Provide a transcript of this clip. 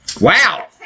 Wow